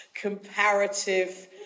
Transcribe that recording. comparative